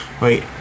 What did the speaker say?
Wait